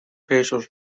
pressures